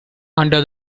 under